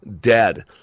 Dead